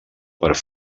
per